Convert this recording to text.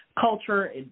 culture